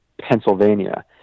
Pennsylvania